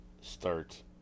start